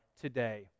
today